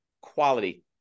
quality